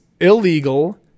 illegal